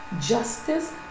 justice